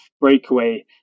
breakaway